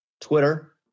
Twitter